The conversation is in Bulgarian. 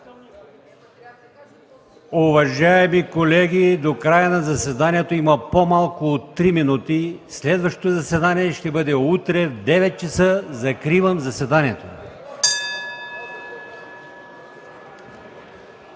Уважаеми колеги, до края на заседанието има по-малко от три минути. Следващото заседание ще бъде утре от 9,00 ч. Закривам заседанието.